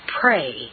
pray